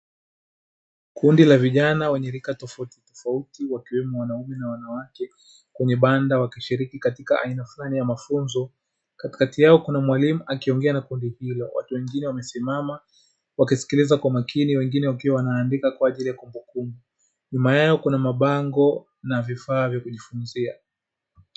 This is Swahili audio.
Kundi la vijana wenye rika tofautitofauti wakiwemo wanaume na wanawake kwenye banda wakishiriki katika aina fulani ya mafunzo, katikati yao kuna mwalimu akiongea na kundi hilo watu wengine wamesimama wakisikiliza kwa makini wengine wakiwa wanandika kwaajili ya kumbukumbu, nyuma yao kuna mabango na vifaa vya kujifunzia.